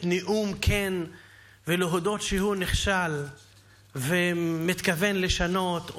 נאום כן ולהודות שהוא נכשל ומתכוון לשנות,